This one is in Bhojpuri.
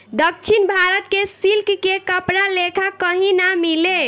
दक्षिण भारत के सिल्क के कपड़ा लेखा कही ना मिले